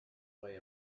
way